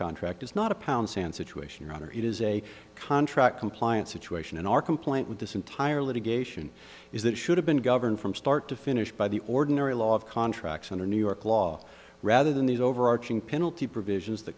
contract is not a pound sand situation rather it is a contract compliance situation in our complaint with this entire litigation is that should have been governed from start to finish by the ordinary law of contracts under new york law rather than these overarching penalty provisions t